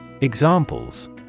Examples